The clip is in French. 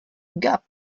gap